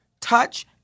touch